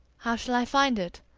how shall i find it?